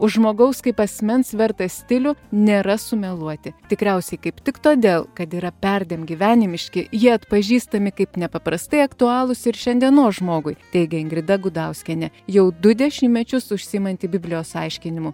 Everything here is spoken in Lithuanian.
už žmogaus kaip asmens vertą stilių nėra sumeluoti tikriausiai kaip tik todėl kad yra perdėm gyvenimiški jie atpažįstami kaip nepaprastai aktualūs ir šiandienos žmogui teigia ingrida gudauskienė jau du dešimtmečius užsiimanti biblijos aiškinimu